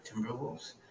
Timberwolves